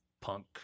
punk